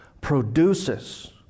produces